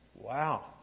Wow